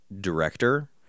director